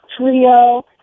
trio